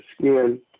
skin